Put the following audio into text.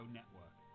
Network